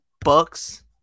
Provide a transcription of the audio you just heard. Bucks